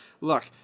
look